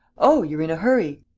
oh, you're in a hurry?